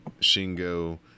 Shingo